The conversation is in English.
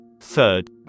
Third